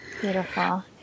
Beautiful